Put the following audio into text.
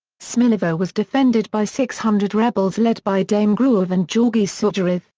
smilevo was defended by six hundred rebels led by dame gruev and georgi sugarev,